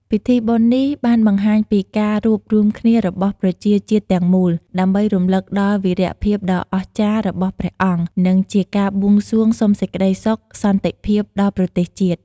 ពិធីបុណ្យនេះបានបង្ហាញពីការរួបរួមគ្នារបស់ប្រជាជាតិទាំងមូល ដើម្បីរំលឹកដល់វីរភាពដ៏អស្ចារ្យរបស់ព្រះអង្គ និងជាការបួងសួងសុំសេចក្ដីសុខសន្តិភាពដល់ប្រទេសជាតិ។